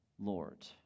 Lord